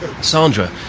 Sandra